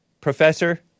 professor